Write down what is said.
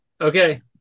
Okay